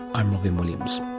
i'm robyn williams